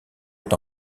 est